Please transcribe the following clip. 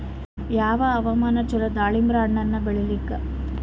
ಯಾವ ಹವಾಮಾನ ಚಲೋ ದಾಲಿಂಬರ ಹಣ್ಣನ್ನ ಬೆಳಿಲಿಕ?